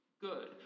good